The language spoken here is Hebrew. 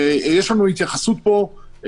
ויש לנו התייחסות פה,